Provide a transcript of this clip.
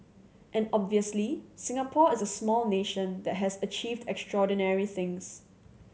and obviously Singapore is a small nation that has achieved extraordinary things